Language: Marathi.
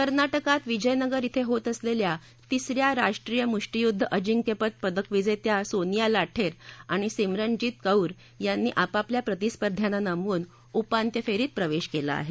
कर्नाटकात विजयनगर इथं होत असलेल्या तिस या राष्ट्रीय मुष्टीयुद्ध अजिंक्यपद पदकविजेत्या सोनिया लाठेर आणि सिमरनजीत कौर यांनी आपापल्या प्रतिस्पर्ध्यांना नमवून उपांत्यपूर्व फेरीत प्रवेश केला आहे